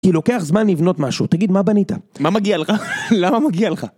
כי לוקח זמן לבנות משהו תגיד מה בנית מה מגיע לך למה מגיע לך.